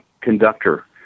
conductor